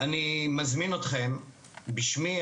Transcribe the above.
אני מזמין אתכם בשמי,